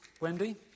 Wendy